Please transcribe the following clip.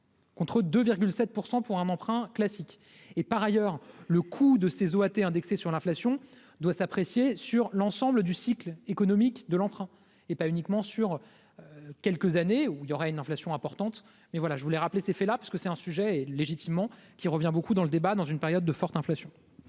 contre 2 7 % pour un emprunt classique et par ailleurs, le coût de ces OAT indexées sur l'inflation doit s'apprécier sur l'ensemble du cycle économique de l'emprunt, et pas uniquement sur quelques années où il y aura une inflation importante, mais voilà, je voulais rappeler ces faits là parce que c'est un sujet et légitimement qui revient beaucoup dans le débat dans une période de forte inflation.